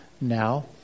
now